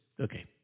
Okay